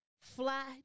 fly